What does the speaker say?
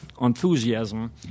enthusiasm